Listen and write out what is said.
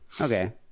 okay